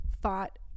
thought